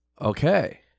Okay